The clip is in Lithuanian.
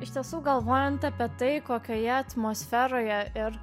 iš tiesų galvojant apie tai kokioje atmosferoje ir